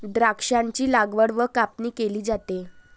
द्राक्षांची लागवड व कापणी केली जाते